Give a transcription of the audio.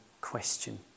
question